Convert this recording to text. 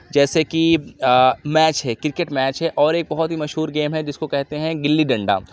جیسے کہ میچ ہے کرکٹ میچ ہے اور ایک بہت ہی مشہور گیم ہے جس کو کہتے ہیں گِلی ڈنڈا